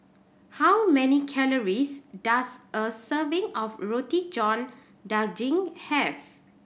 how many calories does a serving of Roti John Daging have